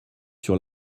sur